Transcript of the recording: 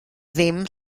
ddim